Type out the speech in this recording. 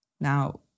Now